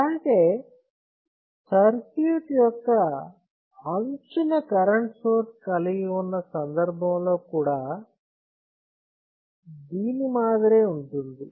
అలాగే సర్క్యూట్ యొక్క అంచున కరెంట్ సోర్స్ కలిగి ఉన్న సందర్భం కూడా దీని మాదిరే ఉంటుంది